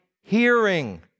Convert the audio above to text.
hearing